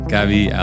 Gabby